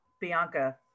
Bianca